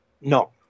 No